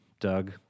Doug